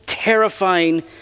terrifying